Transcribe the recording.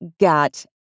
got